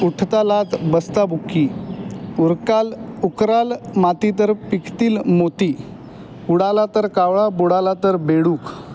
उठता लाथ बसता बुक्की उरकाल उकराल माती तर पिकतील मोती उडाला तर कावळा बुडाला तर बेडूक